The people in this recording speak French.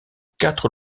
quatre